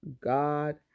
God